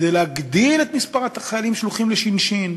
כדי להגדיל את מספר החיילים שהולכים לש"ש,